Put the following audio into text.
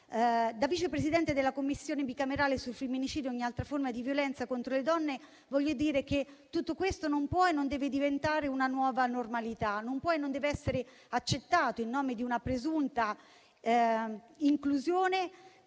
Da Vice Presidente della Commissione bicamerale sul femminicidio e ogni altra forma di violenza contro le donne, voglio dire che tutto questo non può e non deve diventare una nuova normalità. Non può e non deve essere accettato in nome di una presunta inclusione